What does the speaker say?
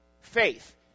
faith